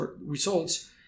results